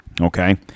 Okay